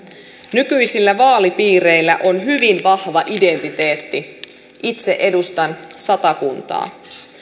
nykyisillä vaalipiireillä on hyvin vahva identiteetti itse edustan satakuntaa